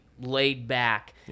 laid-back